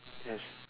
yes